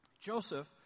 Joseph